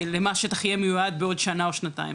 השטח יהיה מיועד בעוד שנה או שנתיים,